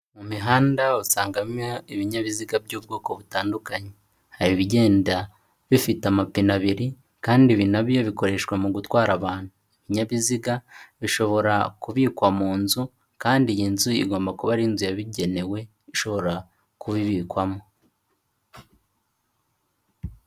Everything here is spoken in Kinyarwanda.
Mu mihanda usangamo ibinyabiziga by'ubwoko butandukanye, hari ibigenda bifite amapine abiri, kandi ibi na byo bikoreshwa mu gutwara abantu, ibinyabiziga bishobora kubikwa mu nzu, kandi iyi nzu igomba kuba ari inzu yabugenewe ishobora kubibikwamo.